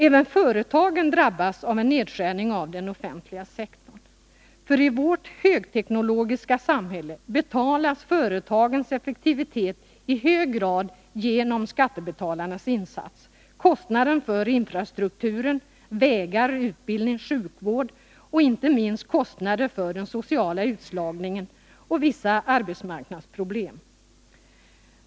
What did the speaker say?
Även företagen drabbas av en nedskärning av den offentliga sektorn, för i vårt högteknologiska samhälle betalas företagens effektivitet i hög grad genom skattebetalarnas insats. Jag tänker på kostnaderna för infrastrukturen — vägar, utbildning, sjukvård — och inte minst kostnaderna för den sociala utslagningen och vissa arbetsmarknadsproblem.